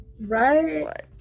Right